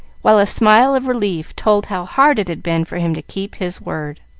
while a smile of relief told how hard it had been for him to keep his word.